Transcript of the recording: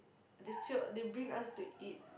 they jio they bring us to eat